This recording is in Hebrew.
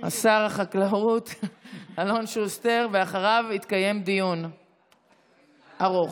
שר החקלאות אלון שוסטר, ואחריו יתקיים דיון ארוך.